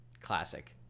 Classic